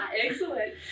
Excellent